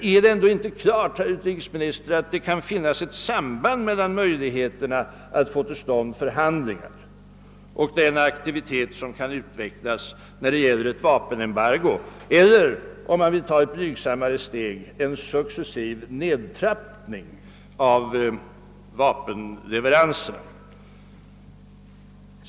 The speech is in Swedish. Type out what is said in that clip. Men är det ändå inte klart, herr utrikesminister, att det kan finnas ett samband mellan möjligheterna att få till stånd förhandlingar och den aktivitet som kan utvecklas när det gäller ett vapenembargo eller — om man vill ta ett blygsammare steg — en successiv nedtrappning av vapenleveranserna?